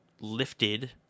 lifted